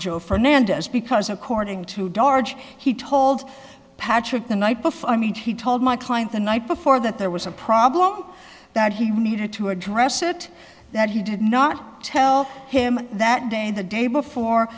joe fernandez because according to dodge he told patrick the night before i mean he told my client the night before that there was a problem that he needed to address it that he did not tell him that day the day before